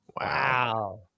Wow